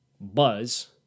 buzz